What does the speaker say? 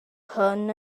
hwn